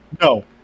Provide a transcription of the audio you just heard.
No